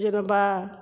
जेनबा